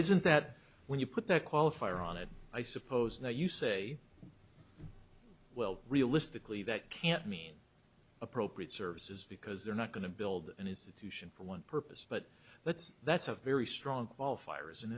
present that when you put the qualifier on it i suppose you say well realistically that can't mean appropriate services because they're not going to build an institution for one purpose but that's that's a very strong qualifier